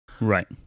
right